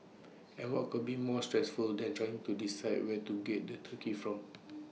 and what could be more stressful than trying to decide where to get the turkey from